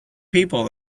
people